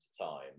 time